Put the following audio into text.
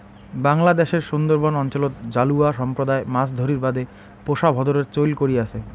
বাংলাদ্যাশের সুন্দরবন অঞ্চলত জালুয়া সম্প্রদায় মাছ ধরির বাদে পোষা ভোঁদরের চৈল করি আচে